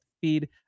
feed